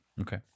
Okay